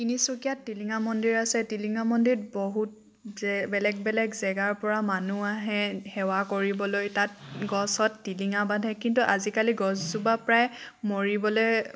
তিনিচুকীয়াত টিলিঙা মন্দিৰ আছে টিলিঙা মন্দিৰত বহুত বেলেগ বেলেগ জেগাৰ পৰা মানুহ আহে সেৱা কৰিবলৈ তাত গছত টিলিঙা বান্ধে কিন্তু আজিকালি গছজোপা প্ৰায় মৰিবলৈ